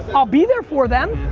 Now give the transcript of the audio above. i'll be there for them,